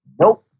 Nope